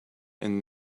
and